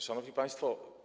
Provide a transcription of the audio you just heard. Szanowni Państwo!